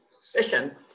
session